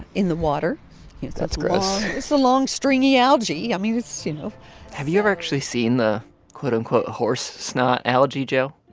in the water that's gross it's the long stringy algae. i mean, it's you know have you ever actually seen the quote, unquote, horse snot algae, joe?